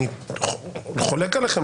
אני חולק עליכן,